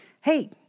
hey